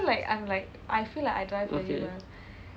okay